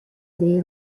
dei